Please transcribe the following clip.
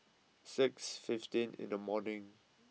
six fifteen in the morning